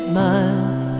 miles